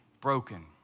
broken